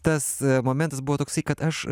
tas momentas buvo toksai kad aš